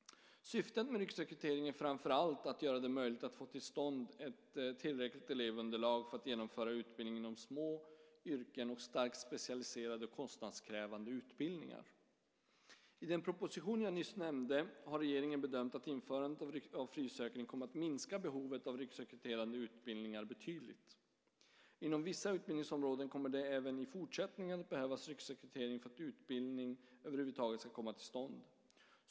Syftet med riksrekrytering är framför allt att göra det möjligt att få till stånd ett tillräckligt elevunderlag för att genomföra utbildning inom små yrken med starkt specialiserade och kostnadskrävande utbildningar. I den proposition jag nyss nämnde har regeringen bedömt att införandet av frisökning kommer att minska behovet av riksrekryterande utbildningar betydligt. Inom vissa utbildningsområden kommer det även i fortsättningen att behövas riksrekrytering för att utbildning över huvud taget ska komma till stånd.